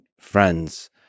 friends